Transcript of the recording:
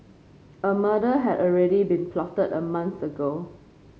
a murder had already been plotted a month ago